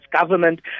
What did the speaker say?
government